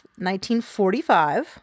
1945